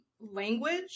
language